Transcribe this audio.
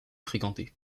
fréquenté